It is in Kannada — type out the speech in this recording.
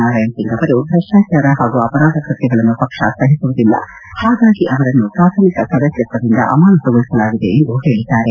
ನಾರಾಯಣ ಸಿಂಗ್ ಅವರು ಭ್ರಷ್ವಾಚಾರ ಹಾಗೂ ಅಪರಾಧ ಕೃತ್ಯಗಳನ್ನು ಪಕ್ಷ ಸಹಿಸುವುದಿಲ್ಲ ಹಾಗಾಗಿ ಅವರನ್ನು ಪ್ರಾಥಮಿಕ ಸದಸ್ನತ್ತದಿಂದ ಅಮಾನತುಗೊಳಿಸಲಾಗಿದೆ ಎಂದು ಹೇಳಿದ್ದಾರೆ